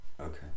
okay